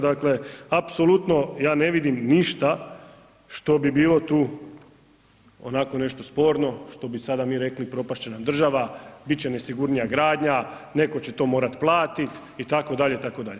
Dakle apsolutno ja ne vidim ništa što bi bilo tu onako nešto sporno što bi mi sada rekli propast će nam država, bit će nesigurnija gradnja, neko će to morati platiti itd., itd.